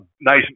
nice